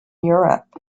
europe